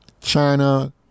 China